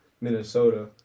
Minnesota